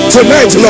Tonight